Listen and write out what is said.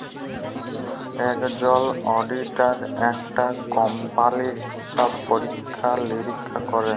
একজল অডিটার একটা কম্পালির হিসাব পরীক্ষা লিরীক্ষা ক্যরে